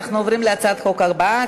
אנחנו עוברים להצעת החוק הבאה,